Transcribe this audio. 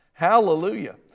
Hallelujah